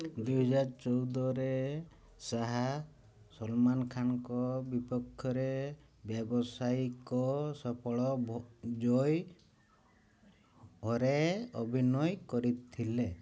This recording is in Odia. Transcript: ଦୁଇହାଜର ଚଉଦରେ ଶାହା ସଲମାନ୍ ଖାନ୍ଙ୍କ ବିପକ୍ଷରେ ବ୍ୟବସାୟିକ ସଫଳ ଭୋ ଜୟ ହୋରେ ଅଭିନୟ କରିଥିଲେ